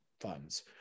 funds